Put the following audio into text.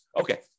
Okay